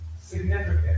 significant